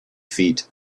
feet